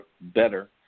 better